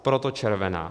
Proto červená.